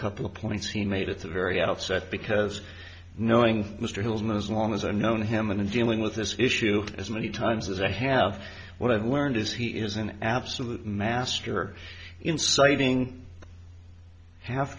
couple of points he made at the very outset because knowing mr hill's know as long as i've known him and in dealing with this issue as many times as i have what i've learned is he is an absolute master inciting half